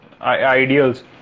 ideals